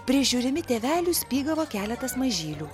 prižiūrimi tėvelių spygavo keletas mažylių